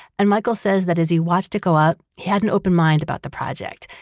and michael says that as he watched it go up, he had an open mind about the project.